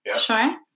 sure